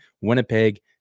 Winnipeg